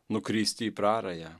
nukristi į prarają